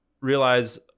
realize